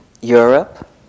Europe